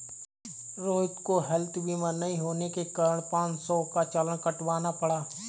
रोहित को हैल्थ बीमा नहीं होने के कारण पाँच सौ का चालान कटवाना पड़ा